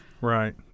Right